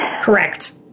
Correct